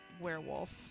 werewolf